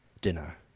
dinner